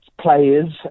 players